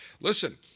listen